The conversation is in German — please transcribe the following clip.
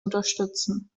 unterstützen